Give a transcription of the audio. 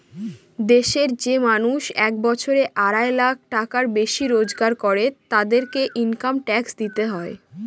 দেশের যে মানুষ এক বছরে আড়াই লাখ টাকার বেশি রোজগার করে, তাদেরকে ইনকাম ট্যাক্স দিতে হয়